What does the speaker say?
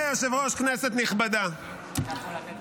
לא התגעגענו